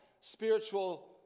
spiritual